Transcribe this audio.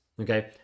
Okay